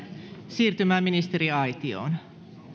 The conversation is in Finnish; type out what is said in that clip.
siirtymään ministeriaitioon